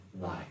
life